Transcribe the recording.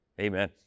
Amen